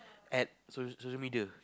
at social social media